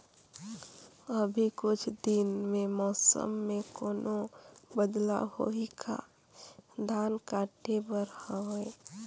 अभी कुछ दिन मे मौसम मे कोनो बदलाव होही का? धान काटे बर हवय?